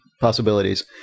possibilities